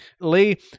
Lee